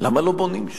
למה לא בונים שם?